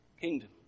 kingdom